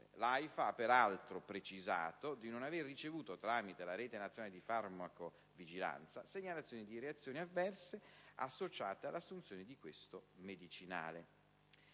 L'AIFA ha, peraltro, precisato di non aver ricevuto tramite la Rete nazionale di farmacovigilanza segnalazioni di reazioni avverse associate all'assunzione di questo medicinale.